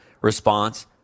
response